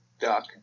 duck